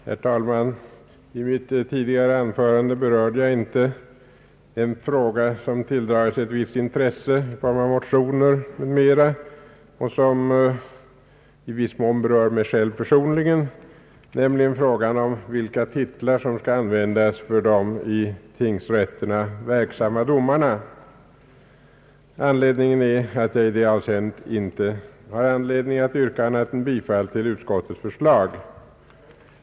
Herr talman! I mitt tidigare anförande berörde jag inte en fråga som tilldragit sig ett visst intresse, vilket tagit sig uttryck i motioner m.m., och som i viss mån berör mig personligen, nämligen frågan om vilka titlar som skall användas för de i tingsrätterna verksamma domarna. Anledningen var att jag i detta avseende inte har orsak att yrka annat än bifall till utskottets hemställan.